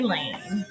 Lane